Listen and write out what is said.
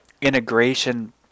integration